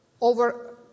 over